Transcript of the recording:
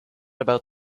about